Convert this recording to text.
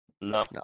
No